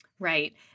Right